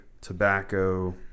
tobacco